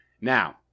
Now